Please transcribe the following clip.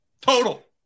total